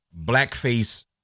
blackface